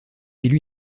élue